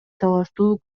талаштуу